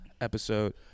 episode